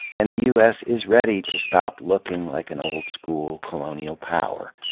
and the u s. is ready to stop looking like an old-school colonial power,